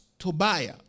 Tobiah